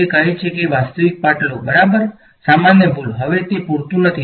તે કહે છે કે વાસ્તવિક પાર્ટ લો બરાબર સામાન્ય ભૂલ હવે તે પૂરતું નથી